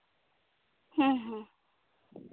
ᱦᱮᱸ ᱦᱮᱸ